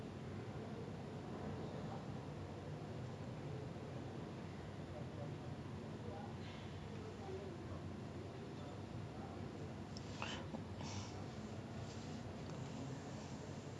ya so like we knew every single family there like deepavali all of them will come to our house when it's hari raya or when it's chinese new year we go to their houses like there's no distinction for holidays ah like whenever it's a holiday all of us will come to each other's house